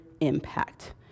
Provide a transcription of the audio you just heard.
impact